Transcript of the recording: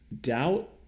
doubt